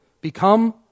become